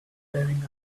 bearing